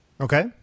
Okay